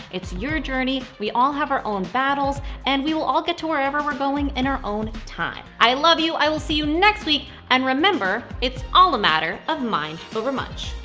it's your journey, we all have our own battles, and we will all get to wherever we're going in our own time. i love you, i will see you next week, and remember, it's all a matter of mind over munch!